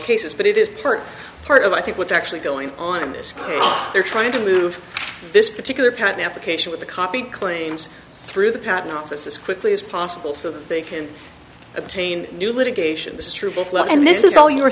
cases but it is per part of i think what's actually going on is they're trying to move this particular patent application with the copy claims through the patent office as quickly as possible so that they can obtain new litigation this is true both love and this is all your